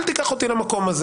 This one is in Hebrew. אל תיקח אותי לשם.